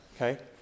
okay